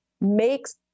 makes